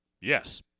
Yes